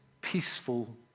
peaceful